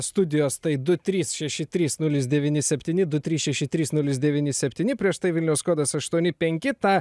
studijos tai du trys šeši trys nulis devyni septyni du trys šeši trys nulis devyni septyni prieš tai vilniaus kodas aštuoni penki tą